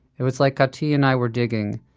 it was like caty and i were digging,